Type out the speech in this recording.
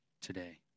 today